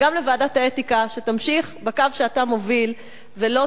וגם לוועדת האתיקה שתמשיך בקו שאתה מוביל ולא